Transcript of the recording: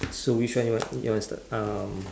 so which one you want you want start um